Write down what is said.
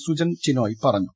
സുജൻ ചിനോയ് പറഞ്ഞു